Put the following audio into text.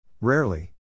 Rarely